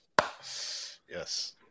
Yes